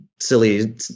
silly